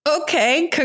Okay